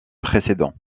précédent